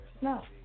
no